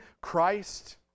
Christ